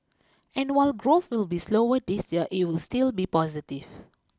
and while growth will be slower this year it will still be positive